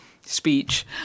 speech